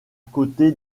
côté